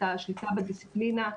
את השליטה בדיסציפלינה,